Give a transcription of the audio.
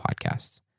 Podcasts